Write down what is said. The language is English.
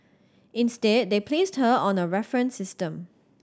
instead they placed her on a reference system